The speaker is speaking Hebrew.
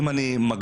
אם אני מגדיר,